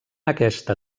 aquesta